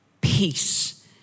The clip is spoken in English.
Peace